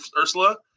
Ursula